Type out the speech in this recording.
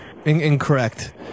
incorrect